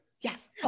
Yes